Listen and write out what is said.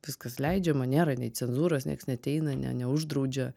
viskas leidžiama nėra nei cenzūros nieks neateina ne neuždraudžia